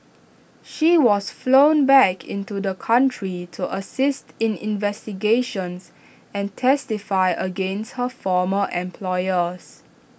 she was flown back into the country to assist in investigations and testify against her former employers